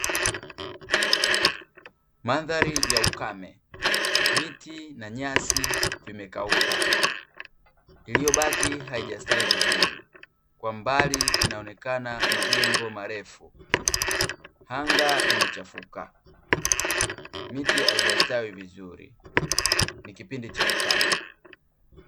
Mandhari ya ukame miti na nyasi vimekauka iliyobaki haijastawi vizuri, kwa mbali inaonekana majengo marefu, anga limechafuka, miti haijastawi vizuri, ni kipindi cha ukame.